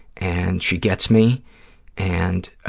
and she gets me and